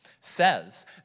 says